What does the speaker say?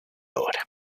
hora